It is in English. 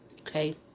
Okay